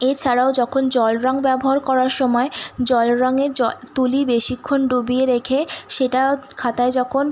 এছাড়াও যখন জল রঙ ব্যবহার করার সময় জল রঙে জ তুলি বেশিক্ষণ ডুবিয়ে রেখে সেটা খাতায় যখন